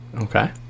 Okay